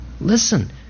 Listen